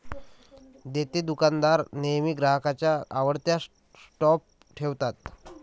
देतेदुकानदार नेहमी ग्राहकांच्या आवडत्या स्टॉप ठेवतात